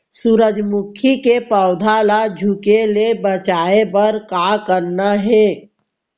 सूरजमुखी के पौधा ला झुके ले बचाए बर का करना हे?